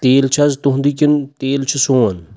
تیٖل چھِ حظ تُہُنٛدُے کِنہٕ تیٖل چھُ سون